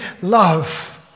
love